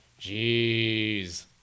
Jeez